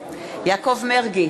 נגד יעקב מרגי,